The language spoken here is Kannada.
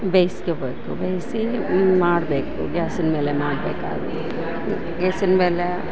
ಬೇಯಿಸ್ಕೊಬೇಕು ಬೇಯಸಿ ಹಿಂಗೆ ಮಾಡಬೇಕು ಗ್ಯಾಸಿನ ಮೇಲೆ ಮಾಡ್ಬೇಕಾದರೆ ಗ್ಯಾಸಿನ ಮೇಲೆ